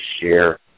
share